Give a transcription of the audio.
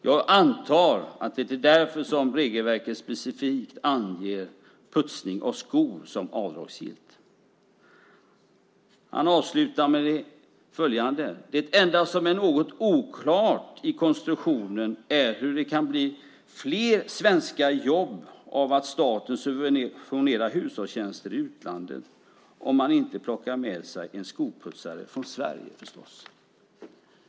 Jag antar att det är därför som regelverket specifikt anger 'putsning av skor' som avdragsgillt." Lars Lindström avslutar med följande: "Det enda som är något oklart i konstruktionen är hur det kan bli fler svenska jobb av att staten subventionerar hushållstjänster i utlandet. Om man inte plockar med sig en skoputsare från Sverige, förstås."